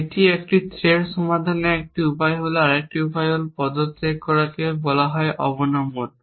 এটি একটি থ্রেড সমাধানের একটি উপায় আরেকটি উপায় হল পদত্যাগ করাকে বলা হয় অবনমন